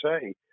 say